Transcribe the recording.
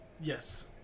yes